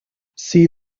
see